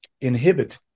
inhibit